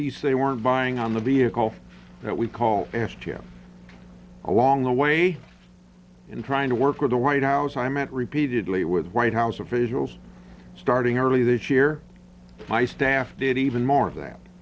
least they weren't buying on the vehicle that we call s chip along the way in trying to work with the white house i met repeatedly with white house officials starting early this year my staff did even more of that